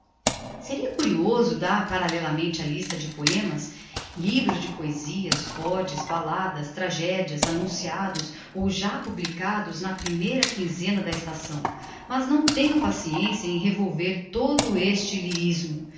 seria curioso dar parallelamente a lista de poemas livros de poesias odes balladas tragedias annunciados ou já publicados na primeira quinzena da estação mas não tenho paciencia em revolver todo esse lyrismo